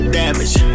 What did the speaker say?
damage